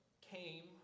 came